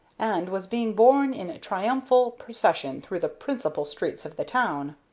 and was being borne in triumphal procession through the principal streets of the town.